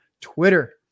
Twitter